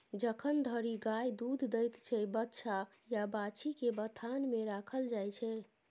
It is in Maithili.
जखन धरि गाय दुध दैत छै बछ्छा या बाछी केँ बथान मे राखल जाइ छै